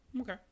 Okay